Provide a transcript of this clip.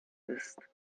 ist